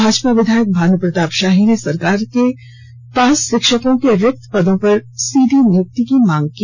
भाजपा विधायक भानू प्रताप शाही ने सरकार से पास शिक्षकों के रिक्त पदों पर सीधी नियुक्ति की मांग की